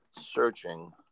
searching